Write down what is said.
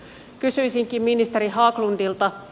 kysyisinkin ministeri haglundilta